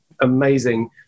amazing